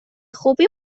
خوبی